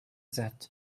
that